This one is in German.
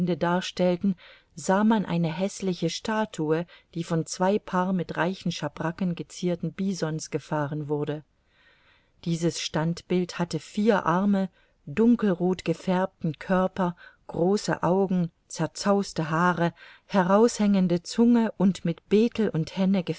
darstellten sah man eine häßliche statue die von zwei paar mit reichen schabracken gezierten bisons gefahren wurde dieses standbild hatte vier arme dunkelroth gefärbten körper große augen zerzauste haare heraushängende zunge und mit betel und